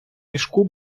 мішку